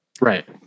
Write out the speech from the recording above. Right